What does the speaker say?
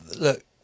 Look